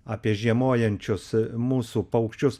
apie žiemojančius mūsų paukščius